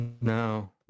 No